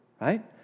right